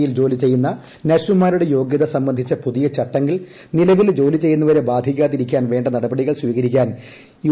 യിൽ ജോലി ചെയ്യുന്ന നഴ്സുമാരുടെ യോഗ്യത സംബന്ധിച്ച പുതിയ ചട്ടങ്ങൾ ന്റില്പിൽ ജോലി ചെയ്യുന്നവരെ ബാധിക്കാതിരിക്കാൻ വേണ്ട നടപടിക്കൾ സ്വീകരിക്കാൻ യു